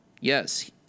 yes